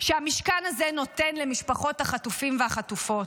שהמשכן הזה נותן למשפחות החטופים והחטופות.